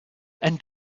and